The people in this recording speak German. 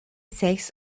sechs